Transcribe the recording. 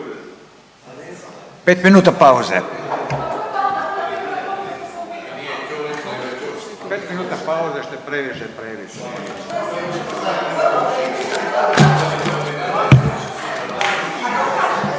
5 minuta pauze.